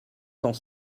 cent